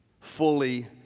fully